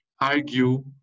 argue